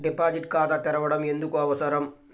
Deposit ఖాతా తెరవడం ఎందుకు అవసరం?